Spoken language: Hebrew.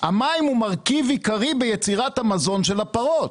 המים הם מרכיבים עיקרי ביצירת המזון של הפרות.